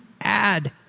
add